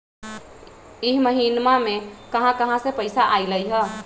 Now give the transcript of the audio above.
इह महिनमा मे कहा कहा से पैसा आईल ह?